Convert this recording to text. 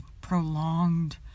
prolonged